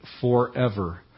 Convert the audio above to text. forever